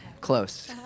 Close